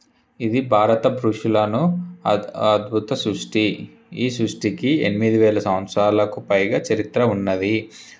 ఇది భారత ఋషులను అద్భు అద్భుత సృష్టి ఈ సృష్టికి ఎనిమిదివేల సంవత్సరాలకు పైగా చరిత్ర ఉన్నది